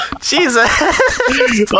Jesus